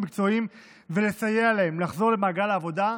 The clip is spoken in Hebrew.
מקצועיים ולסייע להם לחזור למעגל העבודה.